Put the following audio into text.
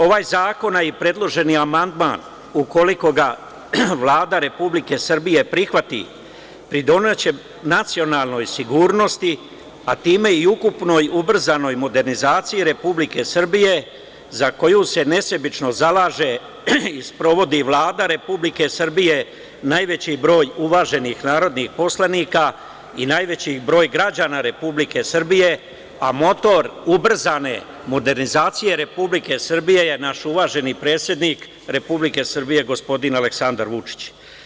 Ovaj zakon a i predloženi amandman, ukoliko ga Vlada Republike Srbije, prihvati pridoneće nacionalnoj sigurnosti, a time i ukupnoj ubrzanoj modernizaciji Republike Srbije za koju se nesebično zalaže i sprovodi Vlada Republike Srbije, najveći broj uvaženih narodnih poslanika i najveći broj građana Republike Srbije, a motor ubrzane modernizacije Republike Srbije je naš uvaženi predsednik Republike Srbije, gospodin Aleksandar Vučić.